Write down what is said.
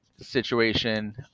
situation